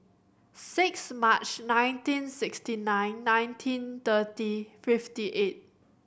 six March nineteen sixty nine nineteen thirty fifty eight